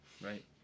Right